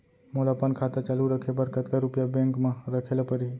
मोला अपन खाता चालू रखे बर कतका रुपिया बैंक म रखे ला परही?